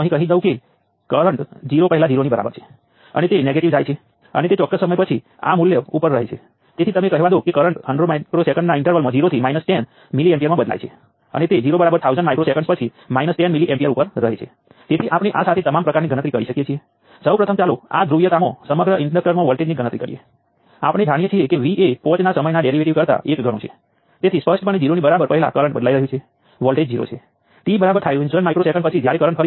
હવે અસાઇનમેન્ટમાં અથવા પુસ્તકોમાં આપવામાં આવેલી સમસ્યાઓમાં તમને દરેક વસ્તુ માટે ઉકેલ લાવવા માટે કહેવામાં આવશે નહીં એટલે કે જો તમારી પાસે 5 રેઝિસ્ટર અને 2 વોલ્ટેજ સ્ત્રોતો છે તો કદાચ તમને 7 વોલ્ટેજ અને કરંટ જેવા ઉકેલ માટે પૂછવામાં આવશે નહીં